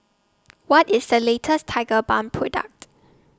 What IS The latest Tigerbalm Product